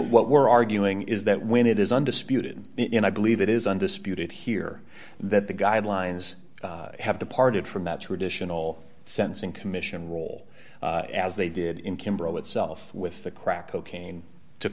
what we're arguing is that when it is undisputed you know i believe it is undisputed here that the guidelines have departed from the traditional sense in commission role as they did in kimberley itself with the crack cocaine to